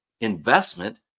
investment